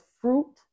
fruit